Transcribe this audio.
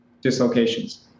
dislocations